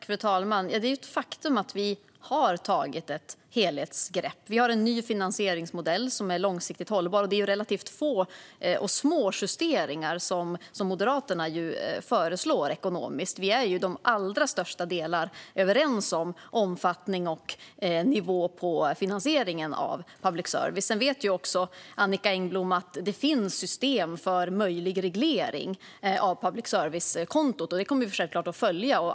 Fru talman! Det är ett faktum att vi har tagit ett helhetsgrepp. Vi har en ny finansieringsmodell som är långsiktigt hållbar, och det är relativt få och små justeringar som Moderaterna föreslår ekonomiskt. Vi är till allra största delen överens om omfattning och nivå på finansieringen av public service. Sedan vet Annicka Engblom också att det finns system för möjlig reglering av public service-kontot, och det kommer vi självklart att följa.